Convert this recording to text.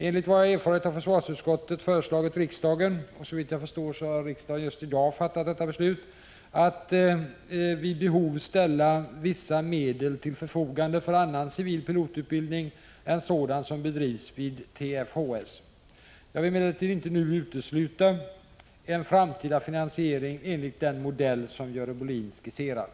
Enligt vad jag erfarit har försvarsutskottet föreslagit riksdagen — och såvitt jag förstår har riksdagen just i dag fattat beslut i enlighet därmed — att vid behov ställa vissa medel till förfogande för annan civil pilotutbildning än sådan som bedrivs vid TFHS. Jag vill emellertid inte nu utesluta en framtida finansiering enligt den modell som Görel Bohlin skisserar.